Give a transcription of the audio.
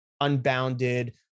unbounded